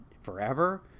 forever